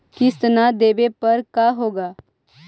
किस्त न देबे पर का होगा?